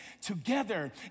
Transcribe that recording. together